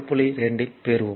12 இல் பெறுவோம்